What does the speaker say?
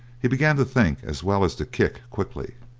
he began to think as well as to kick quickly.